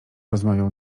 rozmawiał